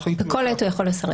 בכל עת הוא יכול לסרב.